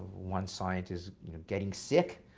one scientist you know getting sick,